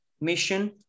mission